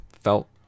felt